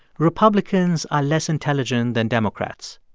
republicans are less intelligent than democrats.